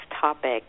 topic